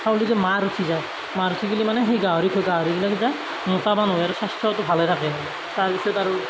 চাউল দিলে মাৰ উঠি যায় মাৰ উঠি গ'লে মানে সেই গাহৰি গাহৰিবিলাক মোটাবান হয় আৰু স্ৱাস্থ্যটো ভালে থাকে তাৰপিছত আৰু